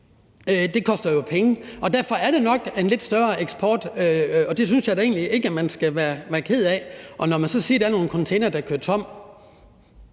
Det koster jo penge. Og derfor er der nok en lidt større eksport, og det synes jeg da egentlig ikke man skal være ked af. Og når man så siger, der er nogle containere, der kører tomme,